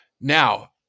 now